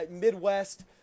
Midwest